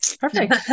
Perfect